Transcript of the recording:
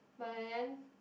but then